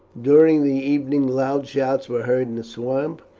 during the evening loud shouts were heard in the swamp,